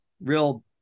real